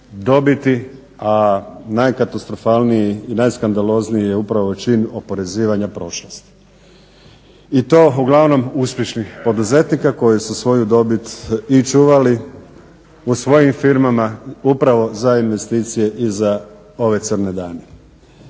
dobiti, a najkatastrofalniji i najskandalozniji je upravo čin oporezivanja prošlosti. I to uglavnom uspješnih poduzetnika koji su svoju dobit i čuvali u svojim firmama upravo za investicije i za ove crne dane.